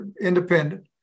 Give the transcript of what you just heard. independent